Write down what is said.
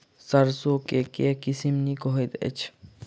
सैरसो केँ के किसिम नीक होइ छै?